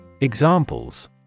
Examples